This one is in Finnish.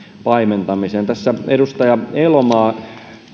paimentamiseen tässä edustaja elomaa